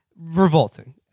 Revolting